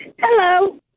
Hello